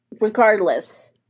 regardless